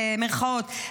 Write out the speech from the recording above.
במירכאות,